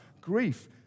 grief